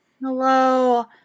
Hello